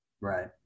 right